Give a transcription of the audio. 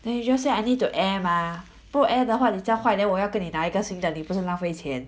then you just say I need to air mah 不 air 的话等一下坏 then 我要跟你拿一个新的你不是浪钱